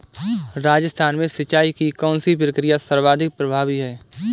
राजस्थान में सिंचाई की कौनसी प्रक्रिया सर्वाधिक प्रभावी है?